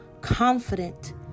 confident